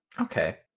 Okay